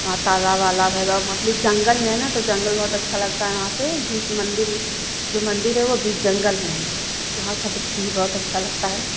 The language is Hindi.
वहाँ तालाब वालाब है और मतलब जंगल में है ना तो जंगल बहुत अच्छा लगता है वहाँ पे बीच मंदिर जो मंदिर है वो बीच जंगल में है तो वहाँ दृश्य भी बहुत अच्छा लगता है